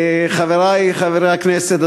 חברי חברי הכנסת,